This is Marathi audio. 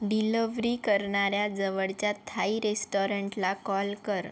डिलवरी करणाऱ्या जवळच्या थाई रेस्टॉरंटला कॉल कर